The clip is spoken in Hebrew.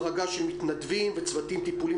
החרגה של מתנדבים וצוותים טיפוליים